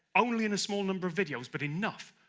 only in a small number of videos but enough,